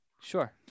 Sure